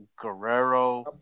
Guerrero